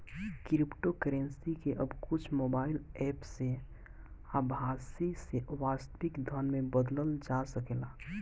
cryptocurrency के अब कुछ मोबाईल एप्प से आभासी से वास्तविक धन में बदलल जा सकेला